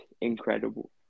incredible